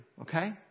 okay